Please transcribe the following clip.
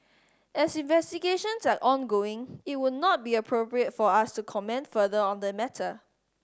as investigations are ongoing it would not be appropriate for us to comment further on the matter